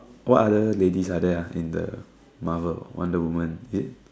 what other ladies are there ah in the Marvel wonder-woman it's